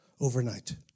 overnight